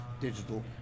digital